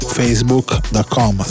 facebook.com